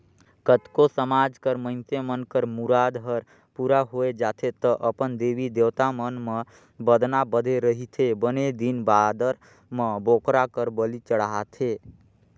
कतको समाज कर मइनसे मन कर मुराद हर पूरा होय जाथे त अपन देवी देवता मन म बदना बदे रहिथे बने दिन बादर म बोकरा कर बली चढ़ाथे